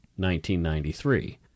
1993